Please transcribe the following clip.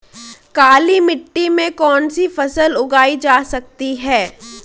काली मिट्टी में कौनसी फसल उगाई जा सकती है?